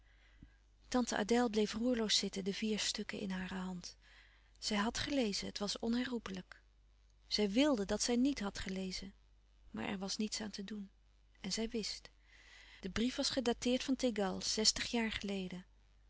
tante adèle bleef roerloos zitten de vier stukken in hare hand zij had gelezen het was onherroepelijk zij wilde dat zij niet had gelezen maar er was niets aan te doen en zij wist de brief was gedateerd van tegal zestig jaar geleden